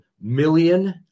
million